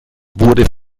wurde